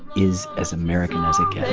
is as american as it gets